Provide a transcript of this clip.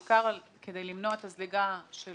בעיקר כדי למנוע את הזליגה של